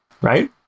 right